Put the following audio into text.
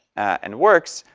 and works.